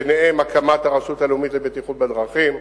ביניהם הקמת הרשות הלאומית לבטיחות בדרכים.